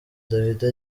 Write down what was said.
davido